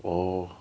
oh